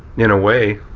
in a way